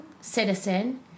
citizen